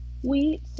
wheat